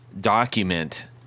document